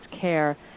care